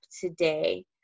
today